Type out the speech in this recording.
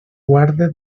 guarde